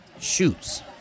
shoes